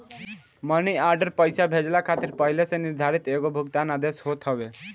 मनी order पईसा भेजला खातिर पहिले से निर्धारित एगो भुगतान आदेश होत हवे